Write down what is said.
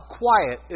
quiet